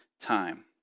time